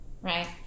right